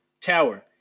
Tower